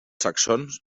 saxons